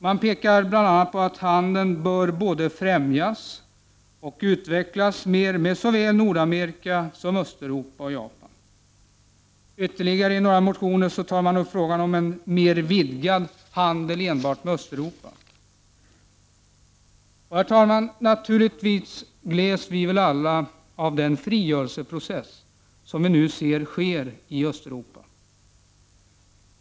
Man pekar bl.a. på att handeln bör främjas och utvecklas mer med såväl Nordamerika som Östeuropa och Japan. I andra motioner tar man upp frågan om en mer vidgad handel med enbart Östeuropa. Herr talman! Naturligtvis gläds vi alla åt den frigörelseprocess som vi nu ser i Östeuropa.